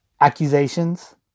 accusations